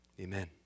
Amen